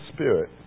Spirit